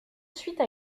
suite